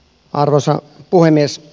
arvoisa puhemies